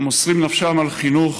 הם מוסרים את נפשם על חינוך